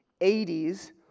80s